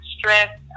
stress